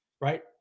right